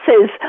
says